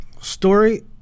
story